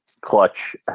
Clutch